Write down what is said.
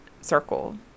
circle